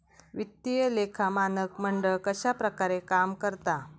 वित्तीय लेखा मानक मंडळ कश्या प्रकारे काम करता?